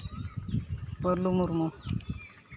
ᱯᱟᱹᱞᱩ Murmu